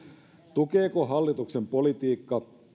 tukeeko hallituksen politiikka